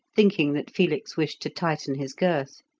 thinking that felix wished to tighten his girth.